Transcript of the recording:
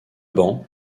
banc